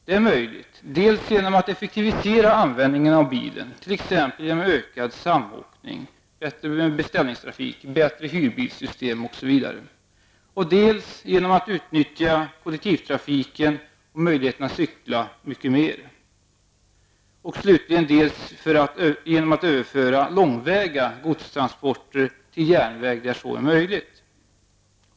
Det är möjligt dels genom att effektivisera användningen av bilen -- t.ex. genom ökad samåkning, bättre beställningstrafik, bättre hyrbilssystem osv. --, dels genom att utnyttja kollektivtrafiken och cykla mycket mer, dels genom att överföra långväga godstransporter till järnväg där så är möjligt.